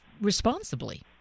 responsibly